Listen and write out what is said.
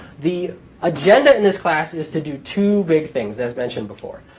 the agenda in this class is to do two big things, as mentioned before.